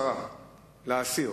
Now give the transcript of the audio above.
להסיר.